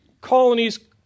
colonies